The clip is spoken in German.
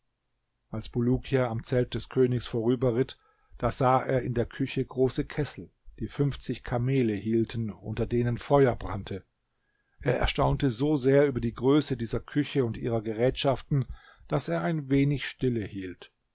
als bulukia am zelt des königs vorüberritt da sah er in der küche große kessel die fünfzig kamele hielten unter denen feuer brannte er erstaunte so sehr über die größe dieser küche und ihrer gerätschaften daß er ein wenig stille hielt